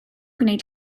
gwneud